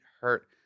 hurt